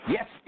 Yes